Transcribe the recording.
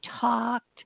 talked